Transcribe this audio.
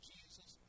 Jesus